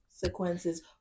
consequences